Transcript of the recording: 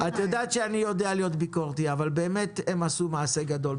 את יודעת שאני יודע להיות ביקורתי אבל באמת הם עשו מעשה גדול.